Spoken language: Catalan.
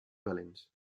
valents